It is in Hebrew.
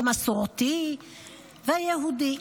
מסורתי ויהודי.